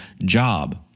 job